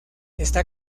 esta